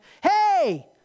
Hey